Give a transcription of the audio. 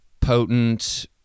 Potent